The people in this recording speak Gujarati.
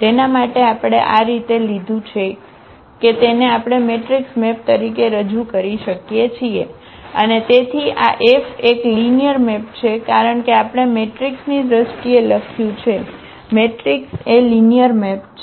તેના માટે આપણે આ રીતે લીધું છે કે તેને આપણે મેટ્રિક્સ મેપ તરીકે રજૂ કરી શકીએ છીએ અને તેથી આ F એક લિનિયર મેપ છે કારણ કે આપણે મેટ્રિક્સની દ્રષ્ટિએ લખ્યું છે મેટ્રિક્સ એ લિનિયર મેપ છે